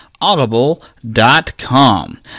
Audible.com